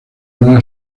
una